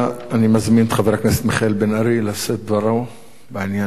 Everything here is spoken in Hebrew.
אני מזמין את חבר הכנסת מיכאל בן-ארי לשאת את דברו בעניין הזה.